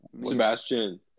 sebastian